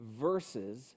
verses